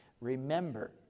remember